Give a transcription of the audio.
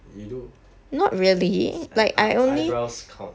you do like eyeb~ eyebrows count